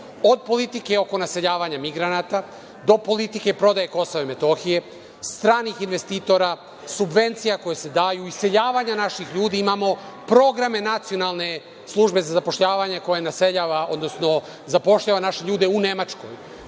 od politike oko naseljavanja migranata, do politike prodaje Kosova i Metohije, stranih investitora, subvencija koje se daju, iseljavanja naših ljudi, imamo programe Nacionalne službe za zapošljavanje, koja zapošljava naše ljude u Nemačkoj.